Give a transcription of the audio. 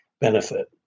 benefit